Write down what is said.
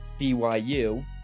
BYU